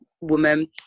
woman